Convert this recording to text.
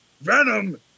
Venom